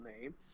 name